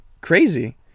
crazy